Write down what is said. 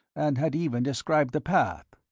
and had even described the path.